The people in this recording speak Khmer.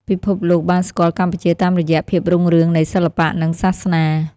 ពិភពលោកបានស្គាល់កម្ពុជាតាមរយៈភាពរុងរឿងនៃសិល្បៈ និងសាសនា។